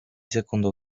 secondo